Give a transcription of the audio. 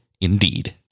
Indeed